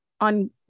on